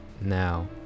now